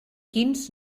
quins